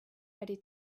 ready